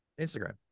Instagram